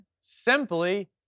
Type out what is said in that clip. simply